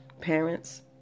Parents